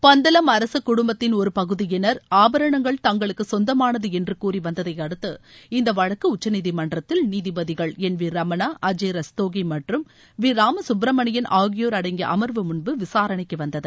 பந்தல அரசக் குடும்பத்தின் ஒரு பகுதியினர் ஆபரணங்கள் தங்களுக்கு சொந்தமானது என்று கூறி வந்ததையடுத்து இந்த வழக்கு உச்சநீதிமன்றத்தில் நீதிபதிகள் என் வி ரமணா அஜய் ரஸ்தோகி மற்றும் வி ராமசுப்பிரமணியன் ஆகியோர் அடங்கிய அமர்வு முன்பு விசாரணைக்கு வந்தது